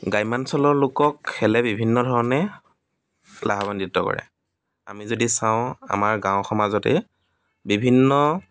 গ্ৰ্যামাঞ্চলৰ লোকক খেলে বিভিন্ন ধৰণে লাভাৱান্বিত কৰে আমি যদি চাওঁ আমাৰ গাঁও সমাজতে বিভিন্ন